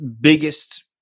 biggest